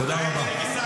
תודה רבה.